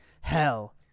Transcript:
hell